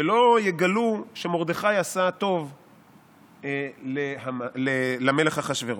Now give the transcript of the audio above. שלא יגלו שמרדכי עשה טוב למלך אחשוורוש.